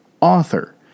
author